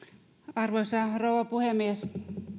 arvoisa rouva puhemies